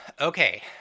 Okay